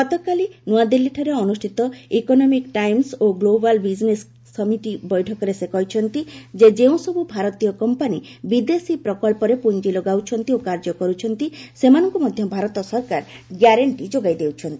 ଗତକାଲି ନୂଆଦିଲ୍ଲୀଠାରେ ଅନୁଷ୍ଠିତ ଇକନମିକ ଟାଇମ୍ମ ଓ ଗ୍ଲୋବାଲ୍ ବିଜିନେସ୍ ସମିଟି ବୈଠକରେ ସେ କହିଚ୍ଚନ୍ତି ଯେ ଯେଉଁସବୁ ଭାରତୀୟ କମ୍ପାନି ବିଦେଶୀ ପ୍ରକଳ୍ପରେ ପୁଞ୍ଜି ଲଗାଉଛନ୍ତି ଓ କାର୍ଯ୍ୟ କରୁଛନ୍ତି ସେମାନଙ୍କୁ ମଧ୍ୟ ଭାରତ ସରକାର ଗ୍ୟାରେଣ୍ଟି ଯୋଗାଇ ଦେଉଛନ୍ତି